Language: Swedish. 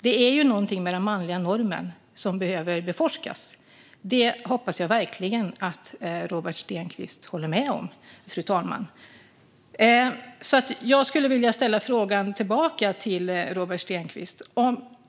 Det är ju något med den manliga normen som behöver beforskas, och det hoppas jag verkligen att Robert Stenkvist håller med om. Låt mig ställa en motfråga till Robert Stenkvist.